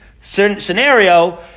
scenario